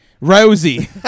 Rosie